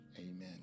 Amen